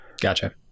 Gotcha